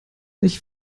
nicht